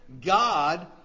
God